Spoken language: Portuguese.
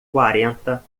quarenta